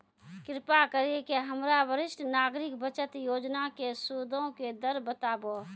कृपा करि के हमरा वरिष्ठ नागरिक बचत योजना के सूदो के दर बताबो